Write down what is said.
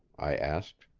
i asked.